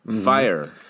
fire